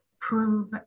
prove